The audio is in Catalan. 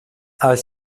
els